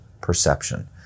perception